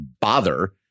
bother